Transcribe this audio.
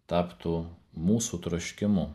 taptų mūsų troškimu